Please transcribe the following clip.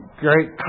great